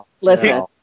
Listen